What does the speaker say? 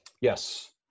yes